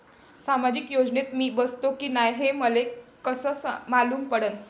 सामाजिक योजनेत मी बसतो की नाय हे मले कस मालूम पडन?